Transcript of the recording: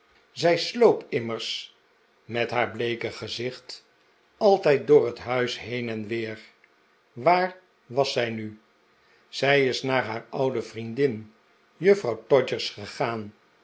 zij sloop immers met haar bleeke gezicht altijd door het imis heen en weer waar was zij nu zij is naar haar oude vrjendin juffrouw todgers gegaan